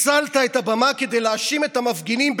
ניצלת את הבמה כדי להאשים את המפגינים באלימות,